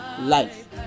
life